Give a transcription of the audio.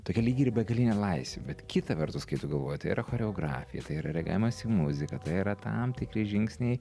tokia lyg ir begalinė laisvė bet kita vertus kai tu galvoji tai yra choreografija tai yra reagavimas į muziką tai yra tam tikri žingsniai